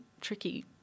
tricky